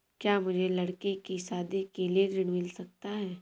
क्या मुझे लडकी की शादी के लिए ऋण मिल सकता है?